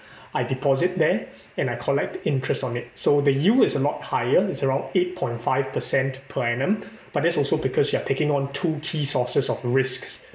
I deposit there and I collect the interest on it so the yield is a lot higher it's around eight point five percent per annum but that's also because you are taking on two key sources of risks